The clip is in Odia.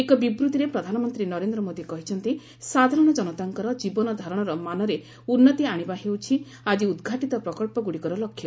ଏକ ବିବୂଭିରେ ପ୍ରଧାନମନ୍ତ୍ରୀ ନରେନ୍ଦ୍ର ମୋଦି କହିଛନ୍ତି ସାଧାରଣ ଜନତାଙ୍କର ଜୀବନଧାରଣର ମାନରେ ଉନ୍ନତି ଆଶିବା ହେଉଛି ଆକି ଉଦ୍ଘାଟିତ ପ୍ରକ୍ସଗୁଡ଼ିକର ଲକ୍ଷ୍ୟ